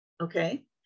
Okay